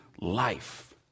life